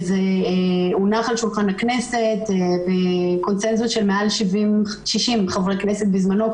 זה הונח על שולחן הכנסת עם קונצנזוס של מעל 60 חברי כנסת בזמנו,